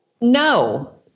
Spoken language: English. No